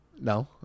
No